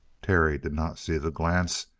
terry did not see the glance,